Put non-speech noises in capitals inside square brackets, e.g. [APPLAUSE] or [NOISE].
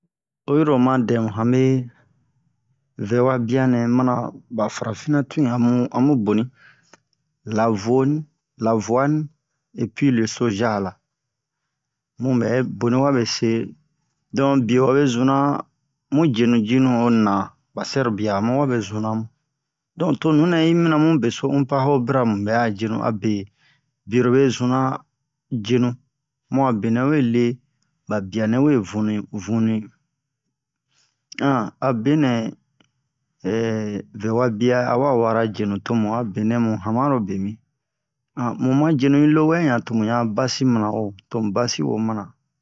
oyi ro oma dɛmu yanbe vɛwa bia nɛ mana ba farafina tun amu amu boni la voni la voini et puis le soja la mubɛ boni wabe se don bio wabe zuna mu jenu jinu honi na ba sɛrobia omu wabe zuna mu don to nunɛ hi mina mu beso unpa ho bira mu ɓɛ a jenu abe bio lobe zuna jenu mu a benɛ we le ba bia nɛ we vunu nunui [HESITATION] abe nɛ [HESITATION] vɛwa bia awa wara jenu tomu a benɛ mu hamano bemi [HESITATION] mu ma jenu yi lowɛ han tomu han basi mana wo tomu basi wo mana